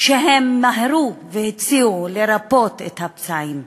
שהם מיהרו והציעו לרפא את הפצעים.